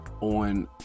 on